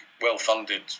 well-funded